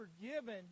forgiven